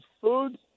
food